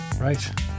Right